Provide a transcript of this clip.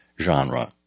genre